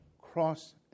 cross